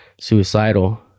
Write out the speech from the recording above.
suicidal